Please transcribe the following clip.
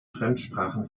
fremdsprachen